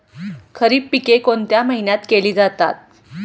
खरीप पिके कोणत्या महिन्यात केली जाते?